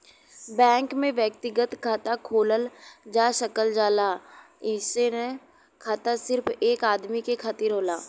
bank में व्यक्तिगत खाता खोलल जा सकल जाला अइसन खाता सिर्फ एक आदमी के खातिर होला